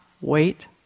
wait